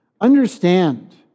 Understand